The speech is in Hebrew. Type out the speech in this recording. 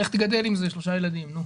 לך תגדל עם זה שלושה ילדים, נו.